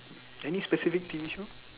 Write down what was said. any special T_V shows